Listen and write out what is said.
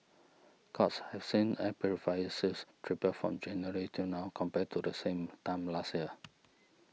courts has seen air purifier sales triple from January till now compared to the same time last year